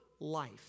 life